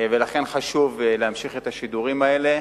ולכן חשוב להמשיך את השידורים האלה.